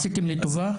עשיתם לי טובה?